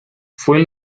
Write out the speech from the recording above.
fue